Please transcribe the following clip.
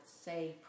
say